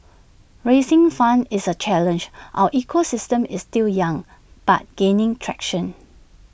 raising funds is A challenge our ecosystem is still young but gaining traction